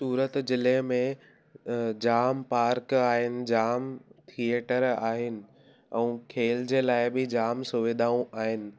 सूरत ज़िले में अ जामु पार्क आहिनि जामु थिएटर आहिनि ऐं खेल जे लाइ बि जामु सुविधाऊं आहिनि